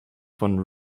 von